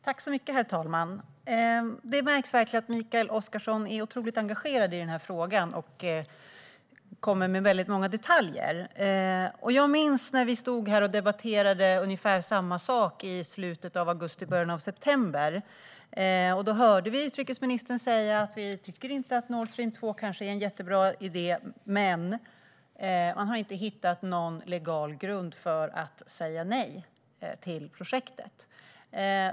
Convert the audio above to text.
Herr talman! Det märks att Mikael Oscarsson är otroligt engagerad i den här frågan, och han kommer med väldigt många detaljer. Jag minns att vi stod här och debatterade ungefär samma sak i slutet av augusti eller början av september. Då hörde vi utrikesministern säga att man kanske inte tycker att Nord Stream 2 är en jättebra idé, men man har ännu inte hittat någon legal grund för att säga nej till projektet.